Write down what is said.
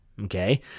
Okay